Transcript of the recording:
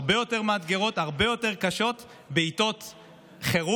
הרבה יותר מאתגרות, הרבה יותר קשות, בעיתות חירום.